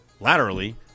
laterally